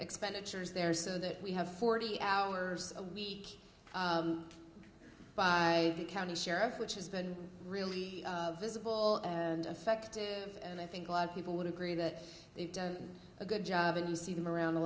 expenditures there so that we have forty hours a week by the county sheriff which has been really visible and affected and i think a lot of people would agree that they've done a good job and you see them around a